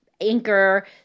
Anchor